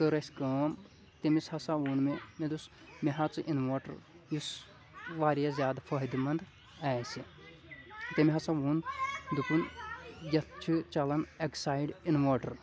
کٔر اَسہِ کٲم تٔمِس ہسا ووٚن مےٚ مےٚ دوٚس مےٚ ہاو ژٕ اِنوٲٹَر یُس واریاہ زیادٕ فٲہدٕ منٛد آسہِ تٔمۍ ہسا ووٚن دوٚپُن یَتھ چھُ چَلَن اٮ۪کسایڈ اِنوٲٹَر